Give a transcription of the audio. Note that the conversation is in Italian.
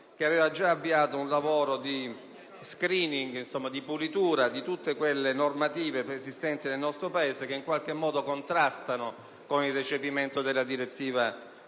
aveva già avviato un lavoro di *screening*, di pulitura di tutte le normative preesistenti nel nostro Paese che in qualche modo contrastano con il recepimento della direttiva in